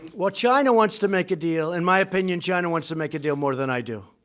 well, china wants to make a deal. in my opinion, china wants to make a deal more than i do,